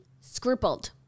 scrupled